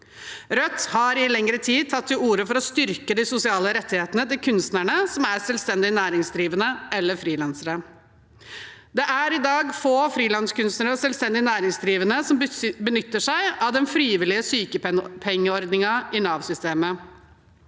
Rødt har i lengre tid tatt til orde for å styrke de sosiale rettighetene til kunstnere som er selvstendig næringsdrivende eller frilansere. Det er i dag få frilanskunstnere og selvstendig næringsdrivende som benytter seg av den frivillige sykepengeordningen i Nav-systemet.